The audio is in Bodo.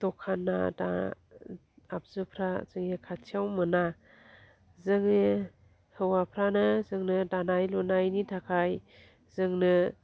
दखाना दा आबजुफ्रा जोंनि खाथियाव मोना जोंनि हौवाफ्रानो जोंनो दानाय लुनायनि थाखाय जोंनो